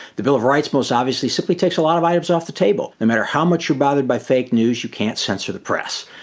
the bill of rights most obviously simply takes a lot of items off the table. no matter how much you're bothered by fake news, you can't censor the press.